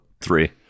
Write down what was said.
three